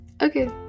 Okay